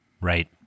Right